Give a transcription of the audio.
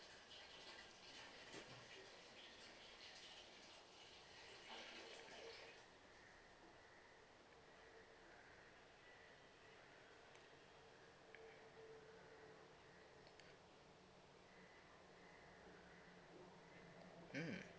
mmhmm